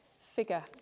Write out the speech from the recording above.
figure